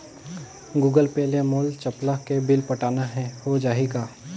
Google Pay ले मोल चपला के बिल पटाना हे, हो जाही का?